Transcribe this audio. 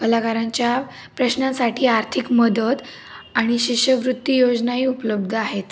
कलाकारांच्या प्रश्नांसाठी आर्थिक मदत आणि शिष्यवृत्ती योजनाही उपलब्ध आहेत